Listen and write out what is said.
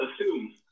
assume